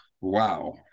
wow